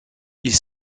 ils